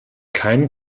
keinen